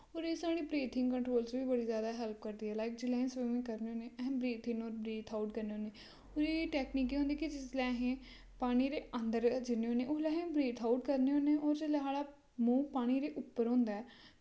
और एह् साढ़े ब्रिथिंग कंट्रोल च वी बड़ी जैदा हैल्प करदी ऐ लाइक जिसलै असी स्विमिंग करने होन्ने अस ब्रीथ इन्न और ब्रीथ आऊट करने होन्ने और एह् टैकनीक केह् होंदी कि जिसलै असीं पानी दे अन्दर जन्ने होन्ने उसलै अस ब्रीथ आऊट करने होन्ने और जिसलै साढ़ा मुह पानी दे उप्पर होंदा ऐ